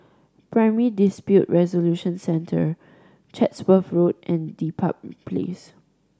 Primary Dispute Resolution Centre Chatsworth Road and Dedap Place